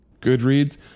Goodreads